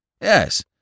Yes